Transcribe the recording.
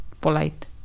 polite